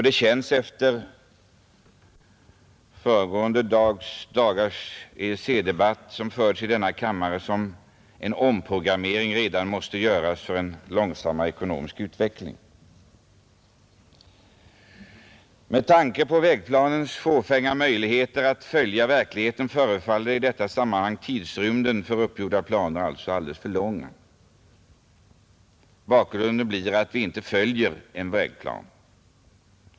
Det känns efter den EEC-debatt som föregående dagar har förts i denna kammare som om en omprogrammering redan måste göras för en långsammare ekonomisk utveckling. Med tanke på vägplanens fåfänga möjligheter att motsvara verkligheten förefaller i detta sammanhang tidrymden för uppgjorda planer alltså alldeles för lång. Resultatet blir att vi inte följer en vägplan.